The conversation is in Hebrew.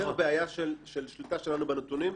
זו יותר בעיה של שליטה שלנו בנתונים.